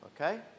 Okay